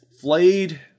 flayed